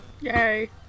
yay